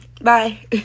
bye